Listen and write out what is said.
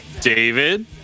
David